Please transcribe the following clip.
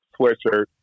sweatshirt